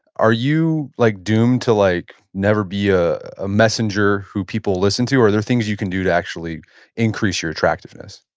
are you like doomed to like never be a ah messenger who people listen to? or are there things you can do to actually increase your attractiveness?